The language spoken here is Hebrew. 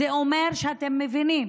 זה אומר שאתם מבינים